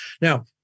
Now